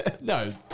No